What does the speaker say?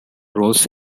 roles